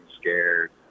scared